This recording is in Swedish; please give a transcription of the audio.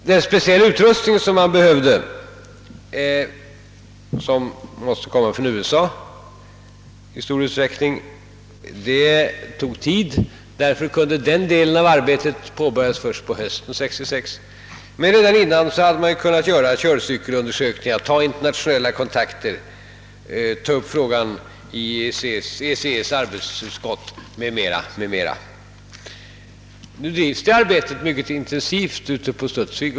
Den specialutrustning som man behövde och som i stor utsträckning måste hämtas från USA lät dock vänta på sig. Därför kunde denna del av arbetet påbörjas först på hösten 1966, men redan dessförinnan hade man kunnat göra körcykelundersökningar, ta internationella kontakter, ta upp frågan i EEC:s arbetsutskott m.m. Nu bedrivs detta arbete mycket intensivt ute på Studsvik.